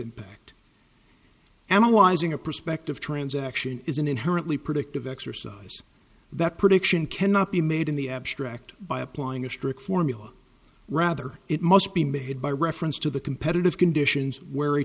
impact analyzing a prospective transaction is an inherently predictive exercise that prediction cannot be made in the abstract by applying a strict formula rather it must be made by reference to the competitive conditions w